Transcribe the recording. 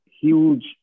huge